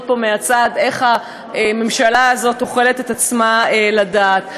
פה מהצד איך הממשלה הזאת אוכלת את עצמה לדעת.